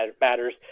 matters